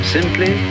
Simply